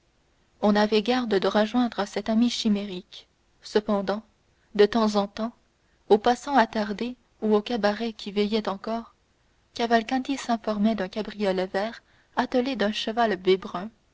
on n'avait garde de rejoindre cet ami chimérique cependant de temps en temps aux passants attardés ou aux cabarets qui veillaient encore cavalcanti s'informait d'un cabriolet vert attelé d'un cheval bai brun